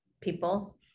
people